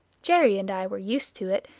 jerry and i were used to it,